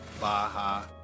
Baja